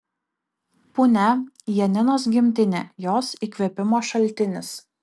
punia janinos gimtinė jos įkvėpimo šaltinis